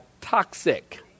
toxic